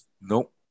Nope